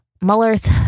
Mueller's